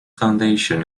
foundation